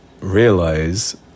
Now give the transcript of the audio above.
realize